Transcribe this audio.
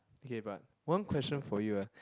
okay but one question for you ah